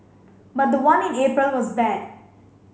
but the one in April was bad